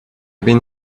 been